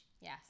Yes